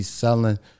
selling